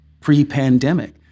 pre-pandemic